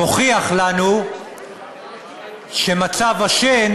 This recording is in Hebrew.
תוכיח לנו שמצב השן